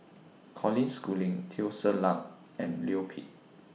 Colin Schooling Teo Ser Luck and Leo Pip